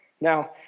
now